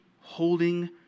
holding